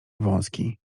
wąski